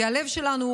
כי הלב שלנו,